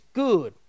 good